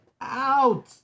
out